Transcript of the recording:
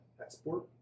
export